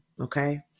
Okay